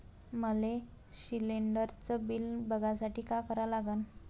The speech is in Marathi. मले शिलिंडरचं बिल बघसाठी का करा लागन?